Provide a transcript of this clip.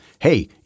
hey